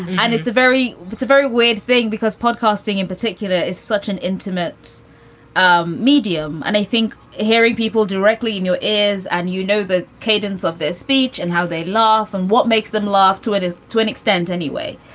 and it's a very it's a very weird thing because podcasting in particular is such an intimate um medium. and i think having people directly in you is and, you know, the cadence of this speech and how they laugh and what makes them laugh to it is to an extent anyway.